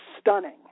stunning